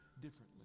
differently